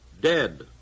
dead